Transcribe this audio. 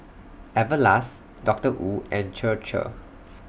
Everlast Doctor Wu and Chir Chir